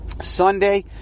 Sunday